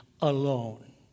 alone